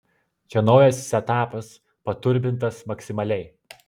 čia naujas setapas paturbintas maksimaliai